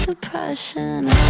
Depression